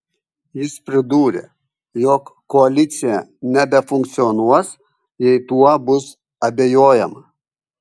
jis pridūrė jog koalicija nebefunkcionuos jeigu tuo bus abejojama